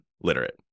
literate